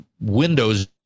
Windows